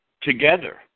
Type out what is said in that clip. together